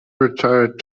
retired